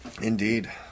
Indeed